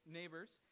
neighbors